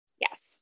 yes